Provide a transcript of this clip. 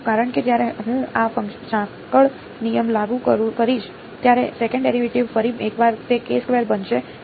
સાચું કારણ કે જ્યારે હું આ સાંકળ નિયમ લાગુ કરીશ ત્યારે સેકંડ ડેરિવેટિવ ફરી એકવાર તે બનશે